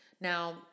Now